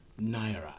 Naira